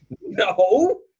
No